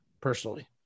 personally